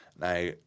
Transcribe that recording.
now